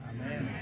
Amen